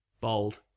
Bold